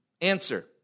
Answer